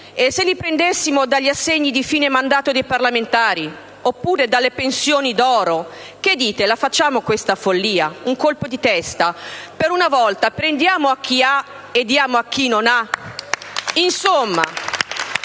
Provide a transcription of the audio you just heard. se li prendessimo dagli assegni di fine mandato dei parlamentari oppure dalle pensioni d'oro? Che dite, la facciamo questa follia? Un colpo di testa; per una volta prendiamo a chi ha e diamo a chi non ha? *(Applausi